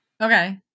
Okay